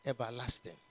everlasting